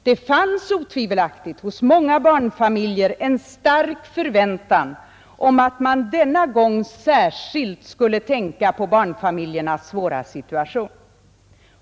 Det fanns otvivelaktigt hos många barnfamiljer en stark förväntan om att man denna gång särskilt skulle tänka på barnfamiljernas svåra situation.